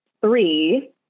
three